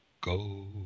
go